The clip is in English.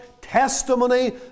testimony